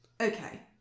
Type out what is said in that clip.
Okay